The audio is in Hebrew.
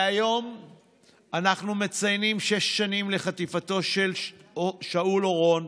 והיום אנחנו מציינים שש שנים לחטיפתו של שאול אורון,